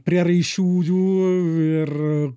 prieraišiųjų ir